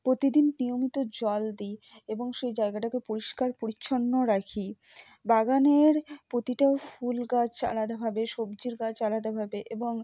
প্রতিদিন নিয়মিত জল দিই এবং সেই জায়গাটাকে পরিষ্কার পরিচ্ছন্ন রাখি বাগানের প্রতিটা ফুল গাছ আলাদাভাবে সবজির গাছ আলাদাভাবে এবং